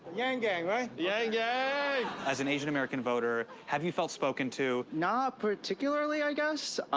yang gang, right? yang gang! as an asian american voter, have you felt spoken to? not particularly, i guess.